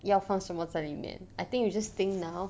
要放什么在里面 I think you just think now